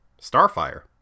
Starfire